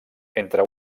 entre